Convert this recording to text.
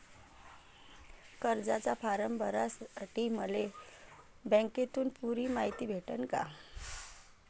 कर्जाचा फारम भरासाठी मले बँकेतून पुरी मायती भेटन का?